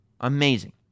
Amazing